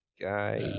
guy